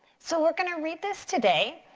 so we're gonna read this today.